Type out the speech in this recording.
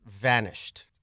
vanished